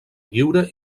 lliure